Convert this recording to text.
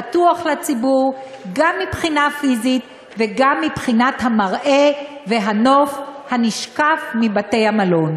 פתוח לציבור גם מבחינה פיזית וגם מבחינת המראה והנוף הנשקף מבתי-המלון.